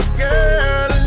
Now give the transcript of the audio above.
girl